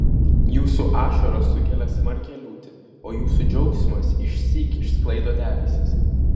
jūsų ašaros sukelia smarkią liūtį o jūsų džiaugsmas išsyk išsklaido debesis